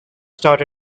start